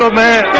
but mad